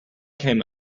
came